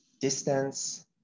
distance